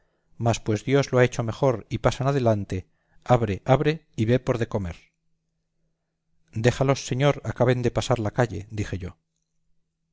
mas pues dios lo ha hecho mejor y pasan adelante abre abre y ve por de comer dejálos señor acaben de pasar la calle dije yo